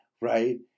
right